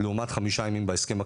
לעומת חמישה ימים בהסכם הקיבוצי,